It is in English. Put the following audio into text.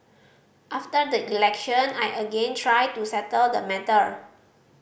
after the election I again tried to settle the matter